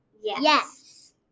yes